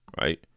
right